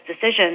decision